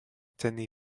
cenný